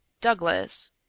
douglas